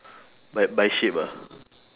by by ship ah